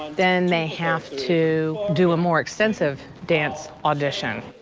then they have to do a more extensive dance audition.